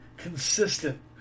consistent